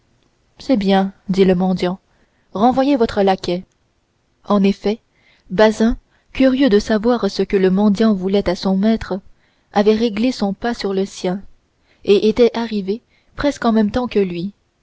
c'est bien dit le mendiant renvoyez votre laquais en effet bazin curieux de savoir ce que le mendiant voulait à son maître avait réglé son pas sur le sien et était arrivé presque en même temps que lui